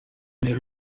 near